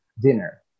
dinner